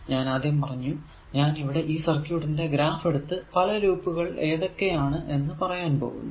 ഞാൻ ആദ്യം പറഞ്ഞു ഞാൻ ഇവിടെ ഈ സർക്യൂട്ടിന്റെ ഗ്രാഫ് എടുത്ത് പല ലൂപ്പുകൾ ഏതൊക്കെ ആണ് എന്ന് പറയാൻ പോകുന്നു